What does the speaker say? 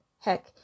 Heck